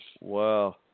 Wow